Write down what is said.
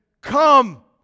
come